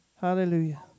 Hallelujah